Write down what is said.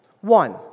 One